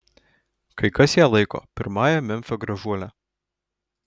kai kas ją laiko pirmąja memfio gražuole